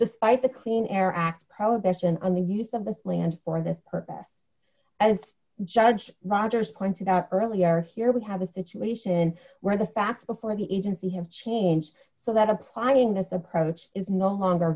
despite the clean air act prohibition on the use of the land for this purpose as judge rogers pointed out earlier here we have a situation where the facts before the agency have changed so that applying this approach is no longer